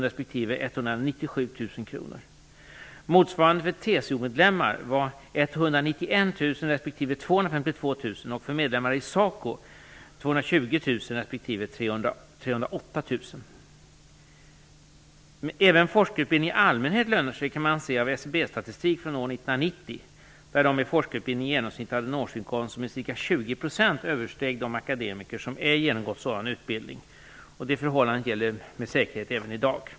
Att även forskarutbildning i allmänhet lönar sig kan man se av SCB-statistik från år 1990 där de med forskarutbildning i genomsnitt hade en årsinkomst som med 20 % översteg de akademikers som ej genomgått sådan utbildning, och det förhållandet gäller med säkerhet även i dag.